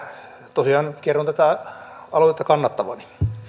tosiaan kerron tätä aloitetta kannattavani